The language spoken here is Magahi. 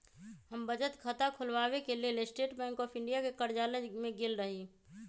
हम बचत खता ख़ोलबाबेके लेल स्टेट बैंक ऑफ इंडिया के कर्जालय में गेल रही